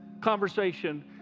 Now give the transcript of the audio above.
conversation